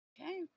Okay